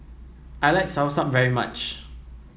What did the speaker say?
I like soursop very much